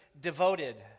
devoted